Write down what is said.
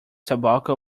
tobacco